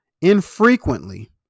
infrequently